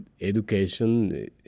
education